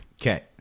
Okay